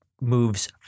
moves